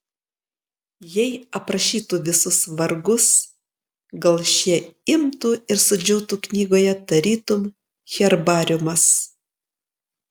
jei aprašytų visus vargus gal šie imtų ir sudžiūtų knygoje tarytum herbariumas